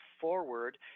forward